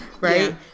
right